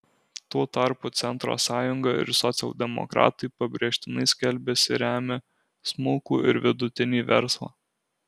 tuo tarpu centro sąjunga ir socialdemokratai pabrėžtinai skelbiasi remią smulkų ir vidutinį verslą